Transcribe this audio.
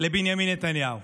לבנימין נתניהו?